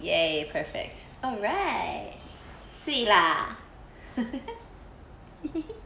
!yay! perfect alright swee lah